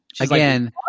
Again